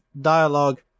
dialogue